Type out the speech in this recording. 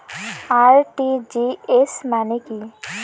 RTGS মানে কি?